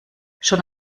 schon